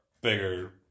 bigger